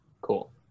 Cool